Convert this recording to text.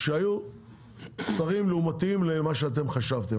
שהיו שרים לאומתיים למה שאתם חשבתם.